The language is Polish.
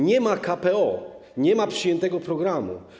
Nie ma KPO, nie ma przyjętego programu.